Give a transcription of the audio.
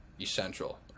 essential